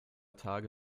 tage